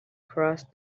crossed